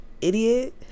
idiot